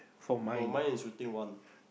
oh mine is shooting one